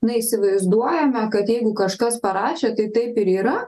na įsivaizduojame kad jeigu kažkas parašė tai taip ir yra